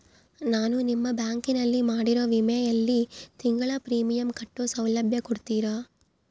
ನಾನು ನಿಮ್ಮ ಬ್ಯಾಂಕಿನಲ್ಲಿ ಮಾಡಿರೋ ವಿಮೆಯಲ್ಲಿ ತಿಂಗಳ ಪ್ರೇಮಿಯಂ ಕಟ್ಟೋ ಸೌಲಭ್ಯ ಕೊಡ್ತೇರಾ?